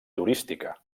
turística